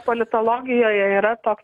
politologijoje yra toks